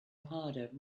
harder